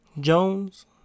Jones